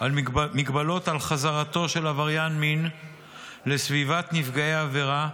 מגבלות על חזרתו של עבריין מין לסביבת נפגע העבירה,